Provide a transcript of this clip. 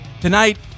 Tonight